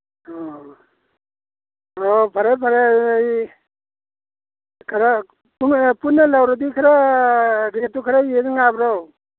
ꯑ ꯑꯣ ꯐꯔꯦ ꯐꯔꯦ ꯑꯩ ꯈꯔ ꯄꯨꯟꯅ ꯂꯧꯔꯗꯤ ꯈꯔ ꯔꯦꯠꯇꯨ ꯈꯔ ꯌꯦꯡ ꯌꯥꯕ꯭ꯔꯣ